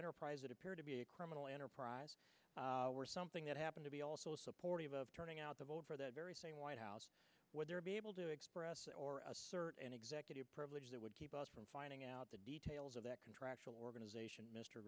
enterprise appeared to be a criminal enterprise were something that happened to be also supportive of turning out the vote for that very same white house whether it be able to express or assert an executive privilege that would keep us from finding out the details of that contractual organization m